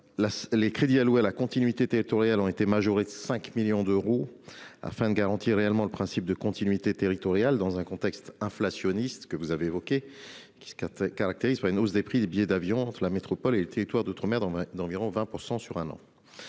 les crédits alloués à la continuité territoriale étaient majorés de 5 millions d'euros, afin de réellement garantir le principe de continuité territoriale, dans un contexte inflationniste- que vous avez évoqué -caractérisé par une hausse des prix des billets d'avion pour les trajets entre la métropole et les territoires d'outre-mer, hausse d'environ 20 % en un an.